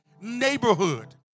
neighborhood